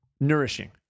nourishing